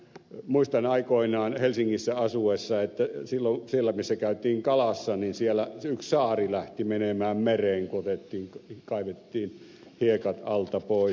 muistan aikoinaan helsingissä asuessani että siellä missä käytiin kalassa yksi saari lähti menemään mereen kun kaivettiin hiekat alta pois